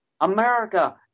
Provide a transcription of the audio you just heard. America